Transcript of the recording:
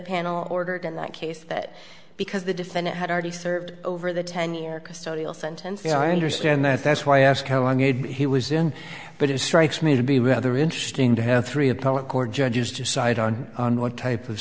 panel ordered in that case that because the defendant had already served over the ten year custodial sentence and i understand that that's why i ask how long he was in but it strikes me to be rather interesting to have three appellate court judges decide on on what type of